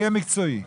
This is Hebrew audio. תהיה מקצועי.